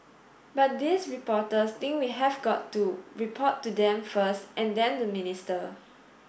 but these reporters think we have got to report to them first and then the minister